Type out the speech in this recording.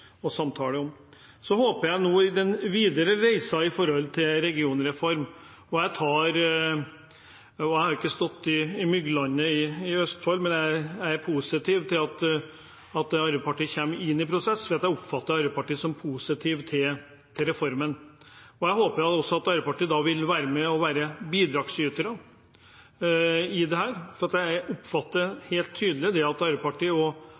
å samtale om. I den videre reisen med hensyn til regionreform håper jeg og er positiv til – jeg har ikke stått i mygglandet i Østfold – at Arbeiderpartiet kommer i prosess, for jeg oppfatter Arbeiderpartiet som positiv til reformen. Jeg håper at Arbeiderpartiet da vil være med og være bidragsytere i dette. Jeg oppfatter helt tydelig at Arbeiderpartiet og